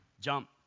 jump